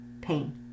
pain